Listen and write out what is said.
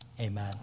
Amen